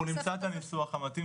אנחנו נמצא את הניסוח המתאים,